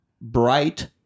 bright